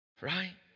Right